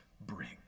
bring